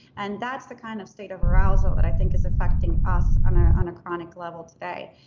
and that's the kind of state of arousal that i think is affecting us on ah on a chronic level today.